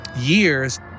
years